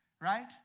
right